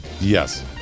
Yes